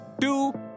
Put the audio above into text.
Two